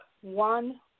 one